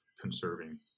conserving